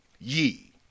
Ye